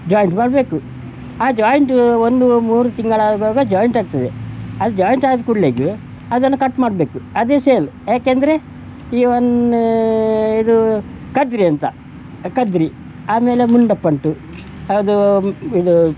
joint ಮಾಡಬೇಕು ಆ joint ಒಂದು ಮೂರು ತಿಂಗಳಾಗುವಾಗ ಜೋಯಿಂಟ್ ಆಗ್ತದೆ ಅದು ಜೋಯಿಂಟ್ ಆದ ಕೂಡ್ಲೆ ಅದನ್ನು ಕಟ್ ಮಾಡಬೇಕು ಅದೇ ಸೇಲು ಏಕೆಂದ್ರೆ ಈ ಒಂದು ಇದು ಕದ್ರಿ ಅಂತ ಕದ್ರಿ ಆಮೇಲೆ ಮುಂಡಪ್ಪ ಉಂಟು ಅದು ಇದು